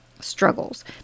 struggles